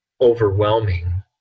overwhelming